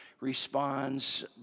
responds